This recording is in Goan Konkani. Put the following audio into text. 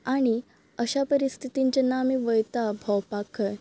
आनी अशा परिस्थितीन जेन्ना आमी वयता भोंवपाक खंय